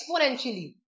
exponentially